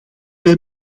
wij